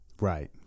Right